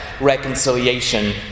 reconciliation